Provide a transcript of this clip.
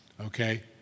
okay